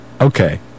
okay